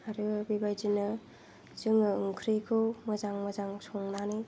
आरो बेबायदिनो जोङो ओंख्रिखौ मोजां मोजां संनानै